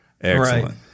excellent